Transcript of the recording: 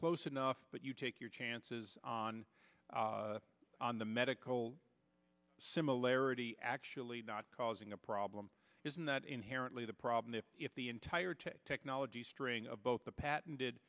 close enough but you take your chances on on the medical similarity actually not causing a problem isn't that inherently the problem if the entire technology string of both the patented